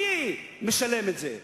מי משלם את זה?